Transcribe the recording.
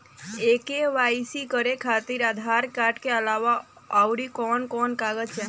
KYC करे खातिर Aadhaar card के अलावा आउरकवन कवन कागज चाहीं?